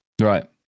Right